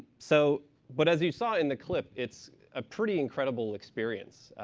so but as you saw in the clip, it's a pretty incredible experience.